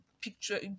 picture